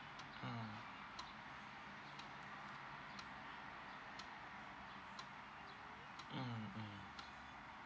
mm mm mm